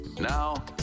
Now